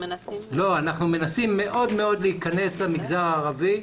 מנסים מאוד מאוד להיכנס למגזר הערבי.